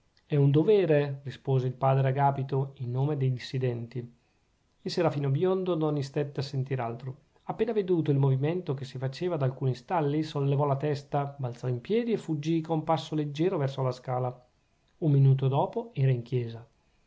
è un dovere rispose il padre agapito in nome dei dissidenti il serafino biondo non istette a sentir altro appena veduto il movimento che si faceva da alcuni stalli sollevò la testa balzò in piedi e fuggì con passo leggiero verso la scala un minuto dopo era in chiesa